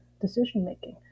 decision-making